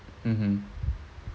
mmhmm